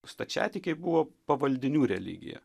stačiatikiai buvo pavaldinių religija